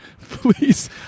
please